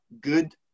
good